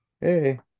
Hey